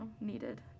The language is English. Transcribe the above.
needed